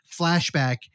flashback